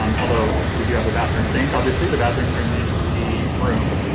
um although we do have a bathroom sink, obviously, the bathrooms are in the the rooms,